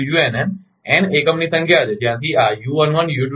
unn n એકમની સંખ્યા છે જ્યાંથી આ u11 u22